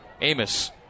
Amos